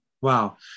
Wow